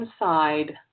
inside